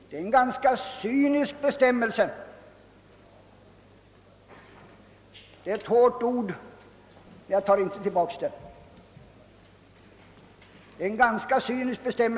Detta är en ganska cynisk bestämmelse — det är hårda ord men jag drar mig inte för att använda dem.